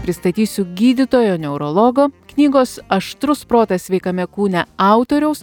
pristatysiu gydytojo neurologo knygos aštrus protas sveikame kūne autoriaus